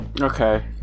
okay